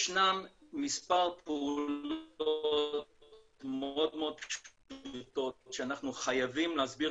ישנן מספר פעולות מאוד פשוטות שאנחנו חייבים להסביר